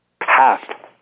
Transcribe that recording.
Half